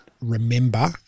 remember